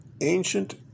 Ancient